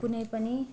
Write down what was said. कुनै पनि